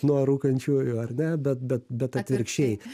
nuo rūkančiųjų ar ne bet bet bet atvirkščiai